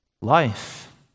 life